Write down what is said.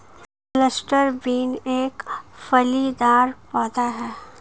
cluster bean एक फलीदार पौधा है